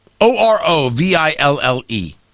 o-r-o-v-i-l-l-e